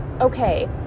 okay